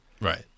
right